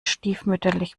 stiefmütterlich